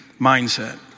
mindset